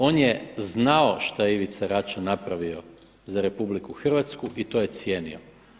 On je znao što je Ivica Račan napravio za RH i to je cijenio.